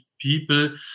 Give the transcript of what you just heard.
people